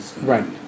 Right